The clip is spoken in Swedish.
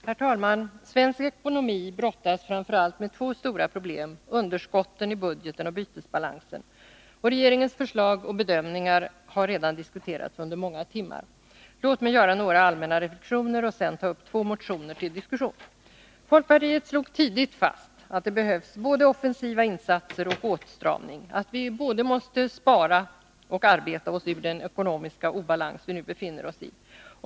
Herr talman! Svensk ekonomi brottas framför allt med två stora problem, underskotten i budgeten och bytesbalansen. Regeringens förslag och bedömningar har redan diskuterats under många timmar. Låt mig göra några allmänna reflexioner och sedan ta upp två motioner till diskussion. Folkpartiet slog tidigt fast att det behövs både offensiva insatser och åtstramning, att vi både måste arbeta och spara oss ur den ekonomiska obalans vi nu befinner oss i.